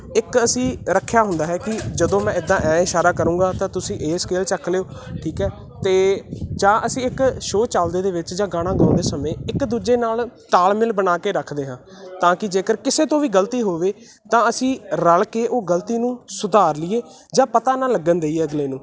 ਇੱਕ ਅਸੀਂ ਰੱਖਿਆ ਹੁੰਦਾ ਹੈ ਕਿ ਜਦੋਂ ਮੈਂ ਇੱਦਾਂ ਐਂ ਇਸ਼ਾਰਾ ਕਰੂੰਗਾ ਤਾਂ ਤੁਸੀਂ ਇਹ ਸਕੇਲ ਚੱਕ ਲਿਓ ਠੀਕ ਹੈ ਅਤੇ ਜਾਂ ਅਸੀਂ ਇੱਕ ਸ਼ੋ ਚਲਦੇ ਦੇ ਵਿੱਚ ਜਾਂ ਗਾਣਾ ਗਾਉਂਦੇ ਸਮੇਂ ਇੱਕ ਦੂਜੇ ਨਾਲ ਤਾਲਮੇਲ ਬਣਾ ਕੇ ਰੱਖਦੇ ਹਾਂ ਤਾਂ ਕਿ ਜੇਕਰ ਕਿਸੇ ਤੋਂ ਵੀ ਗਲਤੀ ਹੋਵੇ ਤਾਂ ਅਸੀਂ ਰਲ ਕੇ ਉਹ ਗਲਤੀ ਨੂੰ ਸੁਧਾਰ ਲਈਏ ਜਾਂ ਪਤਾ ਨਾ ਲੱਗਣ ਦਈਏ ਅਗਲੇ ਨੂੰ